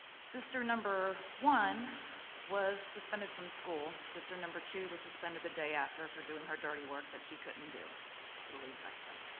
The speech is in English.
sister number one was suspended from school, sister number two was suspended the day after for doing her dirty work that she couldn't do so we'll leave it like that.